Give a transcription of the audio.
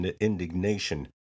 indignation